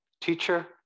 teacher